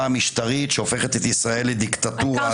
המשטרית שהופכת את ישראל לדיקטטורה על מלא מלא.